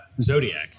Zodiac